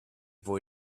boy